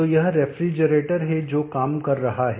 तो यह रेफ्रिजरेटर है जो काम कर रहा है